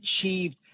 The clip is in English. achieved